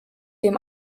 dem